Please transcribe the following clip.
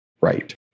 right